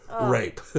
Rape